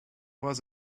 was